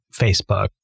Facebook